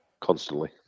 Constantly